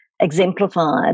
exemplified